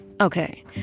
Okay